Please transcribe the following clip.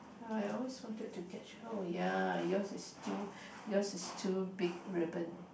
ya I always wanted to catch oh ya yours is too yours is too big ribbon